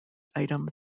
item